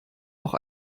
auch